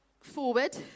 forward